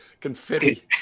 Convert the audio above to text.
confetti